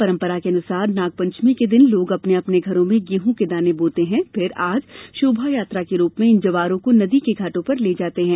परंपरा के मुताबिक नागपंचमी के दिन लोग अपने अपने घरों में गेहूं के दाने बोते हैं फिर आज शोभायात्रा के रूप में इन जवारों को नदी के घाटों पर ले जाते हैं